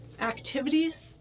activities